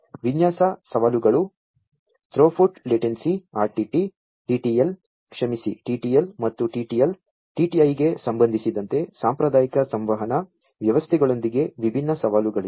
ವಿನ್ಯಾಸ ಸವಾಲುಗಳು throughput latency RTT TTL ಕ್ಷಮಿಸಿ TTL ಮತ್ತು TTL TTI ಗೆ ಸಂಬಂಧಿಸಿದಂತೆ ಸಾಂಪ್ರದಾಯಿಕ ಸಂವಹನ ವ್ಯವಸ್ಥೆಗಳೊಂದಿಗೆ ವಿಭಿನ್ನ ಸವಾಲುಗಳಿವೆ